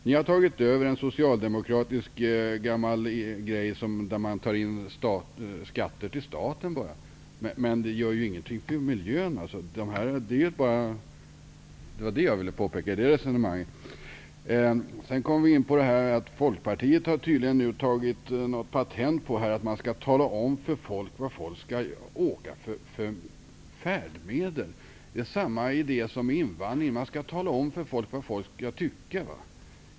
Ni har tagit över en gammal socialdemokratisk åtgärd där man bara tar in skatter till staten men inte gör något för miljön. Vi kom in på att Folkpartiet tydligen har något patent på att man skall tala om för folk vilket färdmedel folk skall åka med. Det är samma idé som med invandringen. Man skall tala om för folk vad folk skall tycka.